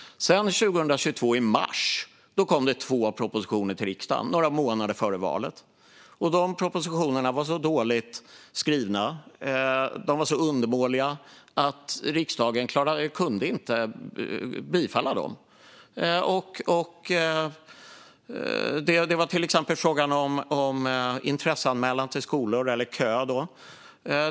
I mars 2022, några månader före valet, kom två propositioner till riksdagen. De var så dåligt skrivna och så undermåliga att riksdagen inte kunde bifalla dem. Det var till exempel fråga om intresseanmälan till skolor eller kö.